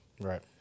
Right